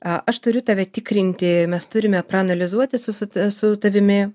aš turiu tave tikrinti mes turime praanalizuoti susita su tavimi